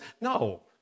No